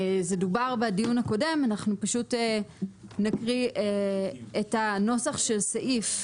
זה דובר בדיון הקודם, אנחנו נקריא את נוסח סעיף